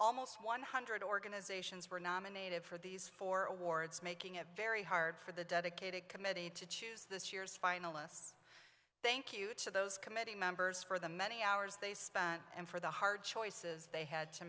almost one hundred organizations were nominated for these four awards making it very hard for the dedicated committee to choose this year's final us thank you to those committee members for the many hours they spent and for the hard choices they had to